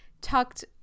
tucked